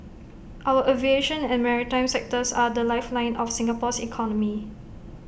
our aviation and maritime sectors are the lifeline of Singapore's economy